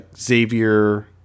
Xavier